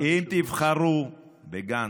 אם תבחרו בגנץ,